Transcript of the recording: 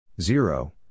Zero